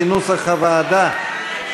כנוסח הוועדה.